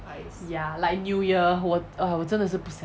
ya like new year 我 uh 我真的是不想